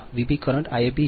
તો આ વી અબ કરંટ Iab છે